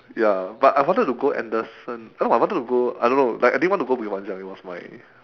ya but I wanted to go anderson oh I wanted to go I don't know like I didn't wanted to go bukit panjang it was my